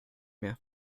mehr